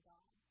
God